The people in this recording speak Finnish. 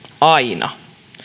aina